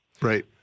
Right